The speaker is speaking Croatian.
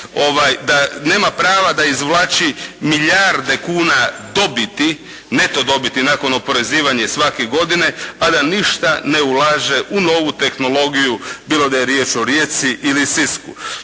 da nema prava da izvlači milijarde kuna dobiti, neto dobiti nakon oporezivanja svake godine a da ništa ne ulaže u novu tehnologiju bilo da je riječ o Rijeci ili Sisku.